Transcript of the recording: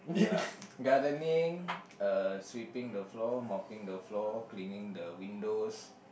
ya gardening uh sweeping the floor mopping the floor cleaning the windows